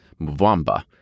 Mwamba